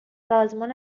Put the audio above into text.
سازمان